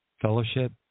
fellowship